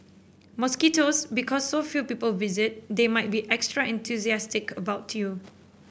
mosquitoes Because so few people visit they might be extra enthusiastic about you